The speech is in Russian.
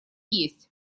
есть